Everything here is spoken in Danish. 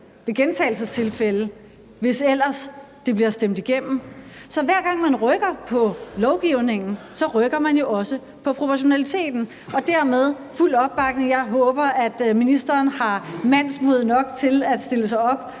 ved gentagelsestilfælde, hvis ellers det bliver stemt igennem. Så hver gang man rykker på lovgivningen, rykker man jo også på proportionaliteten. Dermed er der fuld opbakning. Jeg håber, at ministeren har mandsmod nok til at stille sig op,